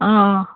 ও